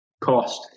Cost